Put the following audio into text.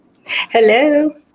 Hello